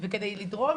וכדי לדרוש,